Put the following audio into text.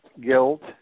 guilt